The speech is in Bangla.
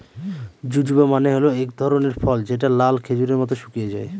জুজুবা মানে হল এক ধরনের ফল যেটা লাল খেজুরের মত শুকিয়ে যায়